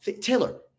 Taylor